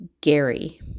Gary